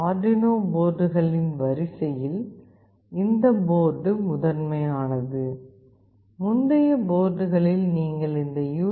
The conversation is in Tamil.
ஆர்டுயினோ போர்டுகளின் வரிசையில் இந்த போர்டு முதன்மையானது முந்தைய போர்டுகளில் நீங்கள் இந்த யூ